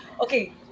okay